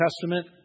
Testament